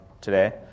today